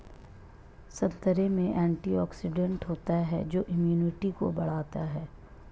संतरे में एंटीऑक्सीडेंट होता है जो इम्यूनिटी को बढ़ाता है